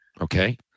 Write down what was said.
Okay